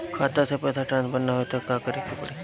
खाता से पैसा ट्रासर्फर न होई त का करे के पड़ी?